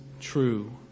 true